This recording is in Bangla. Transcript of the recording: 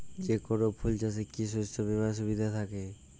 যেকোন ফুল চাষে কি শস্য বিমার সুবিধা থাকে?